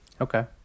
Okay